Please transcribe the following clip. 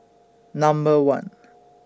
Number one